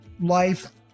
life